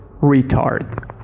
retard